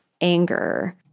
anger